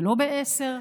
ולא בעשר,